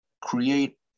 create